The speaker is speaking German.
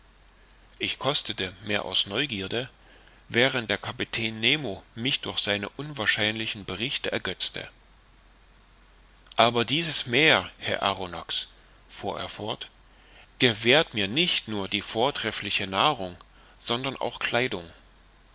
ich kostete mehr aus neugierde während der kapitän nemo mich durch seine unwahrscheinlichen berichte ergötzte aber dieses meer herr arronax fuhr er fort gewährt mir nicht nur die vortreffliche nahrung sondern auch kleidung